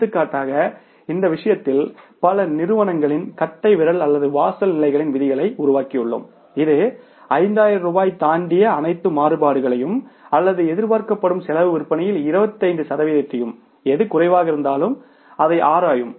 எடுத்துக்காட்டாக இந்த விஷயத்தில் பல நிறுவனங்களின் கட்டைவிரல் அல்லது வாசல் நிலைகளின் விதிகளை உருவாக்கியுள்ளோம் இது 5000 ரூபாயை தாண்டிய அனைத்து மாறுபாடுகளையும் அல்லது எதிர்பார்க்கப்படும் செலவு விற்பனையில் 25 சதவீதத்தையும் எது குறைவாக இருந்தாலும் அதை ஆராயும்